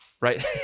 Right